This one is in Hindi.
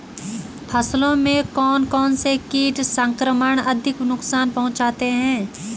फसलों में कौन कौन से कीट संक्रमण अधिक नुकसान पहुंचाते हैं?